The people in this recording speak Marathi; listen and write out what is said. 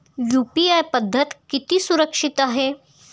यु.पी.आय पद्धत किती सुरक्षित आहे?